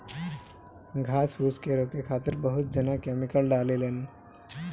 घास फूस के रोके खातिर बहुत जना केमिकल डालें लन